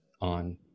on